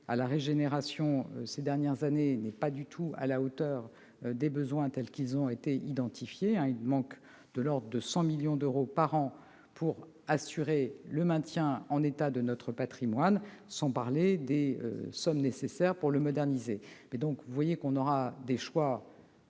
à la régénération ces dernières années n'est pas du tout à la hauteur des besoins qui ont été identifiés. Il manque quelque 100 millions d'euros par an pour assurer le maintien en état de notre patrimoine, sans compter les sommes nécessaires pour le moderniser. Vous le voyez, nous aurons des choix